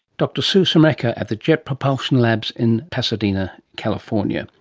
dr sue smrekar at the jet propulsion labs in pasadena, california.